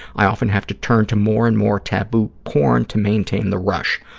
i often have to turn to more and more taboo porn to maintain the rush.